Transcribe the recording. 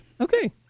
okay